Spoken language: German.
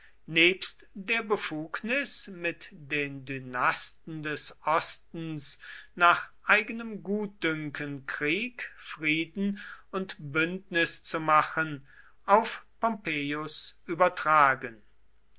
nebst der befugnis mit den dynasten des ostens nach eigenem gutdünken krieg frieden und bündnis zu machen auf pompeius übertragen